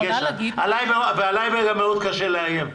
אני גם לא מתרגש, ועלי קשה מאוד לאיים.